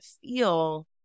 feel